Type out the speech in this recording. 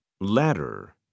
ladder